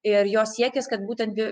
ir jo siekis kad būtent